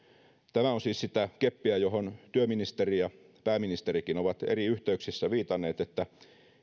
tämä on siis sitä keppiä johon työministeri ja pääministerikin ovat eri yhteyksissä viitanneet että